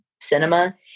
cinema